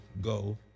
go